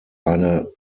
eine